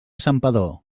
santpedor